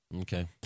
Okay